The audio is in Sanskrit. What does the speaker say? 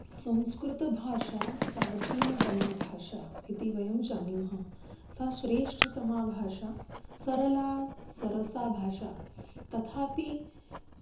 संस्कृतभाषा प्राचीनतमा भाषा इति वयं जानीमः सा श्रेष्ठतमा भाषा सरला सरसा भाषा तथापि